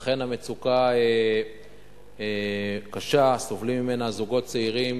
אכן, המצוקה קשה, סובלים ממנה זוגות צעירים